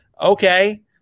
Okay